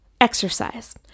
exercise